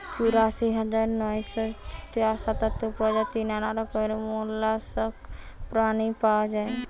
চুরাশি হাজার নয়শ সাতাত্তর প্রজাতির নানা রকমের মোল্লাসকস প্রাণী পাওয়া যায়